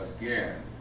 again